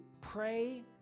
pray